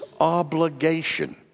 obligation